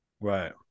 Right